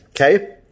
okay